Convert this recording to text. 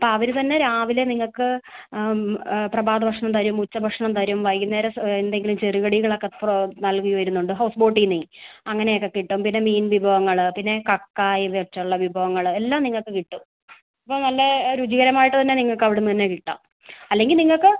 അപ്പോൾ അവർ തന്നെ രാവിലെ നിങ്ങൾക്ക് ആ പ്രഭാത ഭക്ഷണം തരും ഉച്ച ഭക്ഷണം തരും വൈകുന്നേരം എന്തെങ്കിലും ചെറു കടികൾ ഒക്കെ പ്രോ നൽകി വരുന്നുണ്ട് ഹൗസ് ബൊട്ടിൽ നിന്ന് അങ്ങനെ ഒക്കെ കിട്ടും പിന്നെ മീൻ വിഭവങ്ങൾ പിന്നെ കക്കാ ഇതൊക്കെ വച്ച് ഉള്ള വിഭവങ്ങൾ എല്ലാം നിങ്ങൾക്ക് കിട്ടും ഇവിടെ നല്ല രുചികരമായിട്ട് തന്നെ നിങ്ങൾക്ക് അവിടെ നിന്ന് തന്നെ കിട്ടാം അല്ലെങ്കിൽ നിങ്ങൾക്ക്